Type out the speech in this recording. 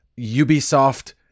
Ubisoft